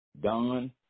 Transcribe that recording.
Don